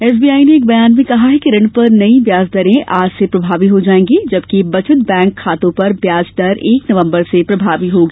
SBI ने एक बयान में कहा कि ऋण पर नई ै व्याज दरें आज से प्रभावी हो जाएंगी जबकि बचत बैंक खातों पर व्याज दर एक नवम्बर से प्रभावी होगी